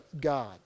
God